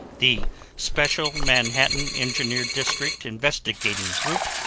the special manhattan engineer district investigating group,